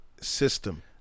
system